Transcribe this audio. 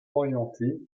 orientée